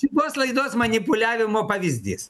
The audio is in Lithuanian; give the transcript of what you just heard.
tos laidos manipuliavimo pavyzdys